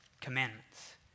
commandments